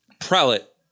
prelate